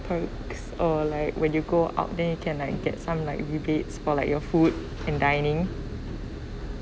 perks or like when you go out then you can like get some like rebates for like your food and dining